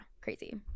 crazy